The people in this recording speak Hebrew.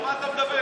על מה אתה מדבר?